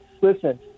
Listen